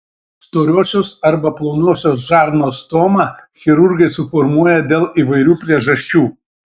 storosios arba plonosios žarnos stomą chirurgai suformuoja dėl įvairių priežasčių